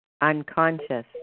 Unconscious